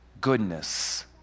goodness